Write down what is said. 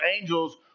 angels